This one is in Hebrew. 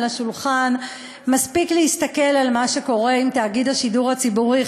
השולחן מספיק להסתכל על מה שקורה עם תאגיד השידור הציבורי.